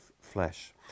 flesh